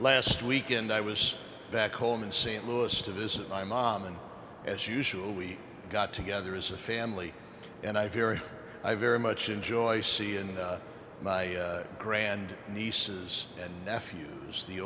last weekend i was back home in st louis to visit my mom and as usual we got together as a family and i fear i very much enjoy c and my grand nieces and nephews the